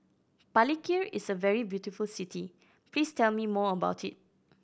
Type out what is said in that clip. Palikir is a very beautiful city please tell me more about it